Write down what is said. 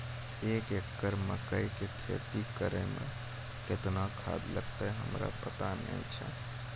एक एकरऽ मकई के खेती करै मे केतना खाद लागतै हमरा पता नैय छै?